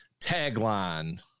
Tagline